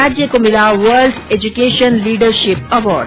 राज्य को मिला वर्ल्ड एजूकेशन लीडरशिप अवार्ड